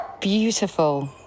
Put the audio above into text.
beautiful